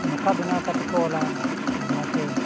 ᱱᱚᱝᱠᱟ ᱵᱮᱱᱟᱣ ᱠᱟᱛᱮᱫ ᱠᱚ ᱚᱞᱟ ᱡᱟᱦᱟᱸᱭ ᱪᱮ